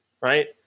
right